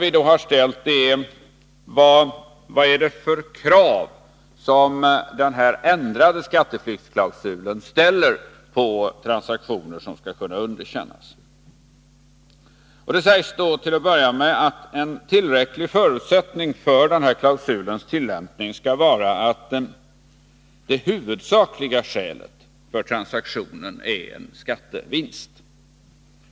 Vi har då frågat: Vad är det för krav som den ändrade skatteflyktsklausulen ställer på transaktioner för att de skall kunna underkännas? Det sägs till en början att en tillräcklig förutsättning för den här klausulens tillämpning skall vara att det huvudsakliga skälet för transaktionen är en skattevinst.